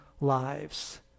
lives